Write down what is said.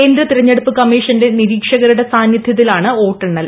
കേന്ദ്ര തിരഞ്ഞെടുപ്പ് കമ്മിഷന്റെ നിരീക്ഷകരുടെ സാന്നിദ്ധ്യത്തിലാണ് വോട്ടെണ്ണൽ